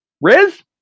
Riz